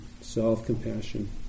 self-compassion